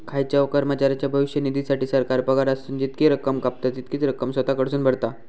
खायच्याव कर्मचाऱ्याच्या भविष्य निधीसाठी, सरकार पगारातसून जितकी रक्कम कापता, तितकीच रक्कम स्वतः कडसून भरता